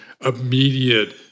immediate